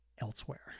elsewhere